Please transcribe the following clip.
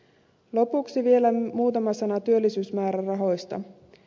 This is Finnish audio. lopuksi vielä muutama sana työllisyysmäärärahoista